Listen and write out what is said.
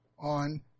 on